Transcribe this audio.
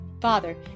Father